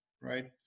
right